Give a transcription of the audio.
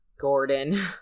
Gordon